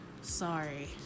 sorry